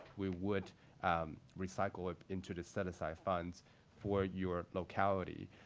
we would recycle it into the set aside funds for your locality.